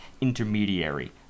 intermediary